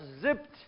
zipped